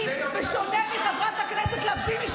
בשונה מחברת הכנסת לזימי,